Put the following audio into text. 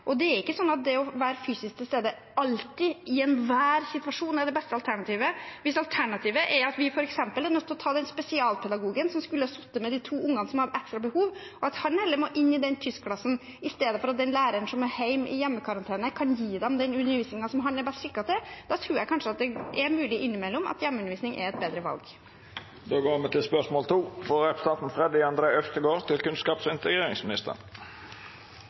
Det er ikke sånn at det å være fysisk til stede alltid, i enhver situasjon, er det beste alternativet. Hvis alternativet er at den spesialpedagogen som skulle sittet med de to ungene som har ekstra behov, heller må inn i tyskklassen i stedet for at den læreren som er i hjemmekarantene, kan gi tyskklassen den undervisningen som han er best skikket til, tror jeg kanskje det siste innimellom er et bedre valg. «Redd Barna har i et eget brev til utdannings- og forskningskomiteen påpekt at det skal svært tungtveiende grunner til for at det skal åpnes for mer hjemmeskole. «I så inngripende saker må en ta en barnets beste-vurdering hvor barn og